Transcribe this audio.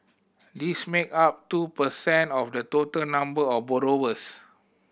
this make up two per cent of the total number of borrowers